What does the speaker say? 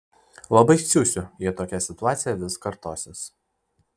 labai siusiu jei tokia situacija vis kartosis